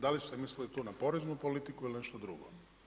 Da li ste mislili tu na poreznu politiku ili nešto drugo?